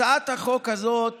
הצעת החוק הזאת